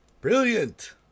brilliant